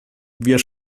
wir